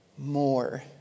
more